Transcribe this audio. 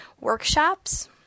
workshops